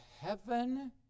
heaven